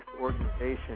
organization